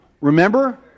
Remember